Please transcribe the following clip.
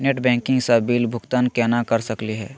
Net banking स bill भुगतान केना कर सकली हे?